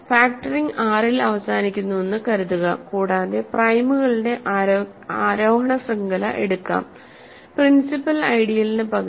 factoring R ൽ അവസാനിക്കുന്നുവെന്ന് കരുതുക കൂടാതെ പ്രൈമുകളുടെ ആരോഹണ ശൃംഖല എടുക്കാം പ്രിൻസിപ്പൽ ഐഡിയലിനു പകരം